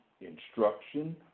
instruction